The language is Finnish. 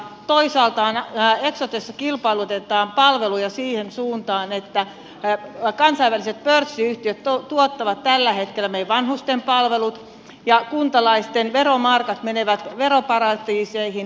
toisaalta eksotessa kilpailutetaan palveluja siihen suuntaan että kansainväliset pörssiyhtiöt tuottavat tällä hetkellä meidän vanhustenpalvelumme ja kuntalaisten veromarkat menevät veroparatiiseihin